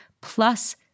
plus